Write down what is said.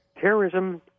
terrorism